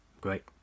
Great